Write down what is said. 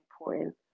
important